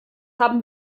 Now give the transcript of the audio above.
haben